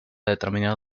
determinar